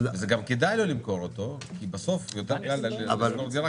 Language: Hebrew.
זה גם כדאי לו למכור אותו כי בסוף יותר קל למכור דירה